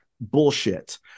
Bullshit